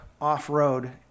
off-road